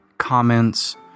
Comments